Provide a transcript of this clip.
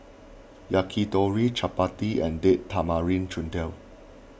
Yakitori Chapati and Date Tamarind Chutney